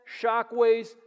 shockwaves